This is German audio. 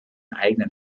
eigenen